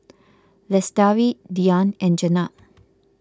Lestari Dian and Jenab